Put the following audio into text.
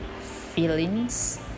feelings